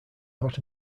hot